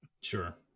Sure